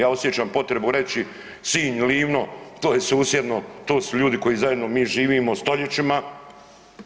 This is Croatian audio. Ja osjećam potrebu reći Sinj, Livno to je susjedno, to su ljudi koji zajedno mi živimo stoljećima.